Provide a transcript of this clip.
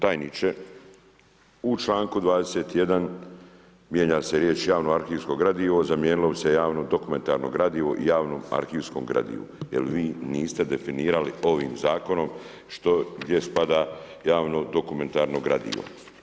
Tajniče, u članku 21. mijenja se riječ javno arhivsko gradivo zamijenilo bi se javno dokumentarno gradivo i javnom arhivskom gradivu jel vi niste definirali ovim zakonom što gdje spada javno dokumentarno gradivo.